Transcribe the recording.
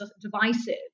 divisive